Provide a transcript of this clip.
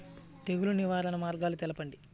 తెగులు నివారణ మార్గాలు తెలపండి?